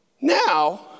Now